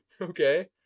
okay